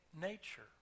nature